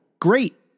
great